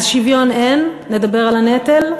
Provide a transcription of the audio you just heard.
אז שוויון אין, נדבר על הנטל.